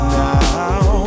now